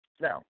now